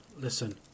listen